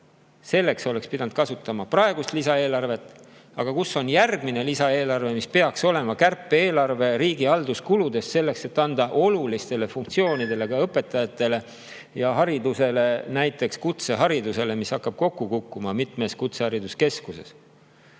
selleks oleks pidanud kasutama praegust lisaeelarvet. Aga kus on järgmine lisaeelarve, mis peaks olema kärpe-eelarve, riigi halduskulude kärpimise eelarve selleks, et anda olulistele funktsioonidele – õpetajatele ja haridusele, näiteks ka kutseharidusele, mis hakkab kokku kukkuma mitmes kutsehariduskeskuses